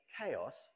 chaos